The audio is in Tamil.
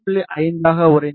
5 ஆக உறைந்திருக்கும்